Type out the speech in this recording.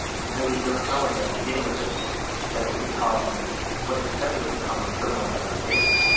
there was no telling at the beginning of this that it would become what is essentially become a criminal investigation